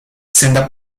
senda